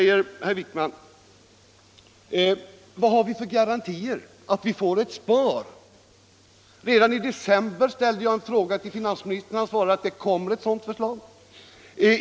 Herr Wijkman säger: Vad har vi för garantier för att vi får ett svar? Ja, redan i december förra året ställde jag en fråga till finansministern, och han svarade att det kommer ett förslag.